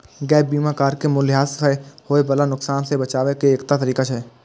gap बीमा car के मूल्यह्रास सं होय बला नुकसान सं बचाबै के एकटा तरीका छियै